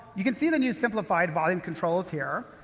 you can see the new simplified volume controls here.